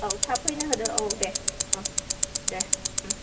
औ थाब फैनो होदो औ दे दे